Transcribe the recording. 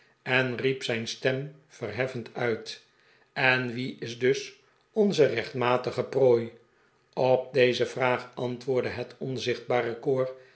en riep zijn stem verheffend uit en wie is dus onze rechtmatige prooi op deze vraag antwoordde het onzichtbare koor